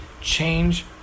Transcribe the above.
Change